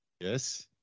Yes